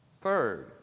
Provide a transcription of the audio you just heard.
Third